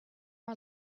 our